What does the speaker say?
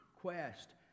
quest